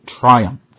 triumph